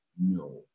No